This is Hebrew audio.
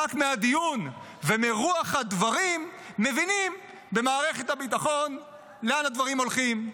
רק מהדיון ומרוח הדברים מבינים במערכת הביטחון לאן הדברים הולכים.